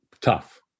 tough